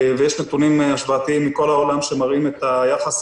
ויש נתונים השוואתיים מכל העולם שמראים את היחס